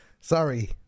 Sorry